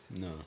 No